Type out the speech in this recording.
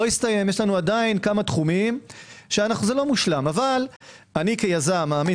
יש עדיין כמה תחומים שזה עדיין לא מושלם אבל אני כיזם מאמין